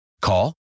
Call